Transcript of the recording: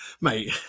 mate